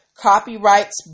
copyrights